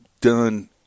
done